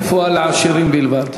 היום יש רפואה לעשירים בלבד.